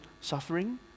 suffering